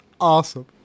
awesome